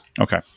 Okay